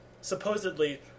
supposedly